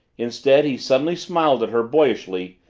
instead he suddenly smiled at her, boyishly,